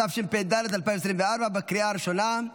התשפ"ד 2024, בקריאה הראשונה.